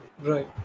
right